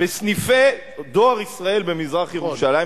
בסניפי דואר ישראל במזרח-ירושלים.